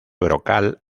brocal